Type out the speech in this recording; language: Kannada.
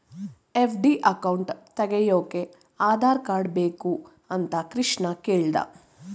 ಎಫ್.ಡಿ ಅಕೌಂಟ್ ತೆಗೆಯೋಕೆ ಆಧಾರ್ ಕಾರ್ಡ್ ಬೇಕು ಅಂತ ಕೃಷ್ಣ ಕೇಳ್ದ